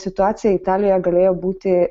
situacija italijoje galėjo būti